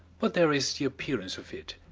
but there is the appearance of it,